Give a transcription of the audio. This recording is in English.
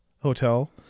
hotel